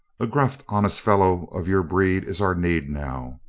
a gruff, honest fellow of your breed is our need now.